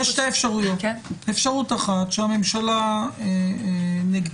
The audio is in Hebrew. יש שתי אפשרויות: אפשרות אחת שהממשלה נגדה,